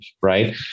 right